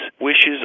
wishes